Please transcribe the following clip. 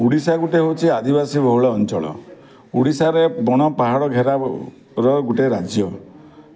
ଓଡ଼ିଶା ଗୋଟେ ହେଉଛି ଆଦିବାସୀ ବହୁଳ ଅଞ୍ଚଳ ଓଡ଼ିଶାରେ ବଣ ପାହାଡ଼ ଘେରାର ଗୋଟେ ରାଜ୍ୟ